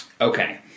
Okay